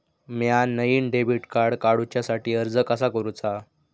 म्या नईन debit card काडुच्या साठी अर्ज कसा करूचा?